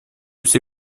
все